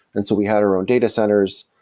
and so we had our own data centers.